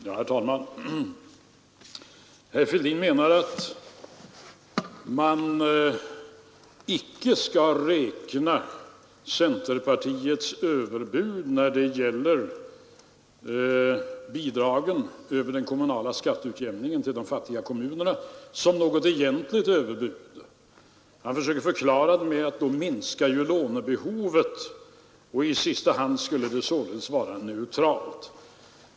Herr talman! Herr Fälldin menar att man inte kan räkna centerpartiets överbud när det gäller bidragen över den kommunala skatteutjämningen till de fattiga kommunerna som något egentligt överbud. Han försöker förklara det med att då minskar ju lånebehovet, och i sista hand skulle det således vara neutralt.